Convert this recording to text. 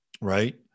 right